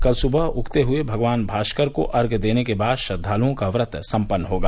कल सुबह उगते हुये भगवान भाष्कर को अर्घ्य देने के बाद श्रद्वालुओं का व्रत सम्पन्न होगा